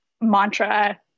mantra